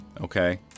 Okay